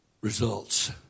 results